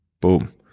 Boom